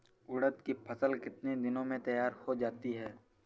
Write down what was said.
उड़द की फसल कितनी दिनों में तैयार हो जाती है?